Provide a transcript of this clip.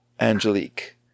Angelique